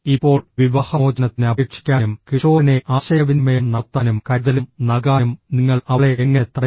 ഇപ്പോൾ വിവാഹമോചനത്തിന് അപേക്ഷിക്കാനും കിഷോറിനെ ആശയവിനിമയം നടത്താനും കരുതലും നൽകാനും നിങ്ങൾ അവളെ എങ്ങനെ തടയും